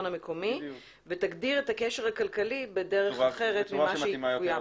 המקומי ותגדיר את הקשר הכלכלי בדרך אחרת ממה שהיא כתובה,